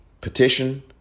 petition